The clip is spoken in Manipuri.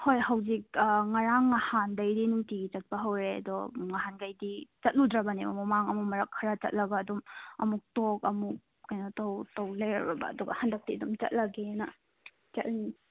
ꯍꯣꯏ ꯍꯧꯖꯤꯛ ꯉꯔꯥꯡ ꯉꯍꯥꯟꯗꯩꯗꯤ ꯅꯨꯡꯇꯤꯒꯤ ꯆꯠꯄ ꯍꯧꯔꯦ ꯑꯗꯣ ꯉꯍꯥꯟꯒꯩꯗꯤ ꯆꯠꯂꯨꯗ꯭ꯔꯕꯅꯦꯕ ꯃꯃꯥꯡ ꯑꯃꯨꯛ ꯃꯔꯛ ꯈꯔ ꯆꯠꯂꯒ ꯑꯗꯨꯝ ꯑꯃꯨꯛ ꯇꯣꯛ ꯑꯃꯨꯛ ꯀꯩꯅꯣ ꯇꯧ ꯇꯧ ꯂꯩꯔꯨꯔꯕ ꯑꯗꯨꯒ ꯍꯟꯗꯛꯇꯤ ꯑꯗꯨꯝ ꯆꯠꯂꯒꯦꯅ ꯆꯠꯂꯤꯅꯦ